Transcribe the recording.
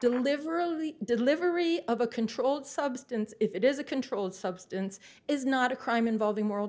deliver early delivery of a controlled substance if it is a controlled substance is not a crime involving moral